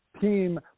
team